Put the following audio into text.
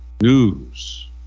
news